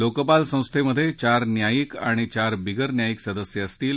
लोकपाल संस्थेमध्ये चार न्यायिक आणि चार बिगर न्यायिक सदस्य असतील